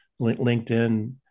LinkedIn